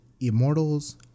Immortals